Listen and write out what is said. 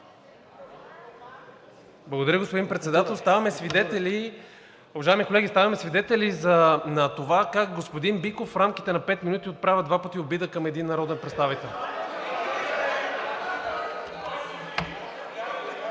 Благодаря, господин Председател. Уважаеми колеги, ставаме свидетели на това как господин Биков в рамките на пет минути отправя два пъти обида към един народен представител.